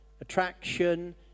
attraction